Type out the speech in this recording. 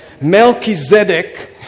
Melchizedek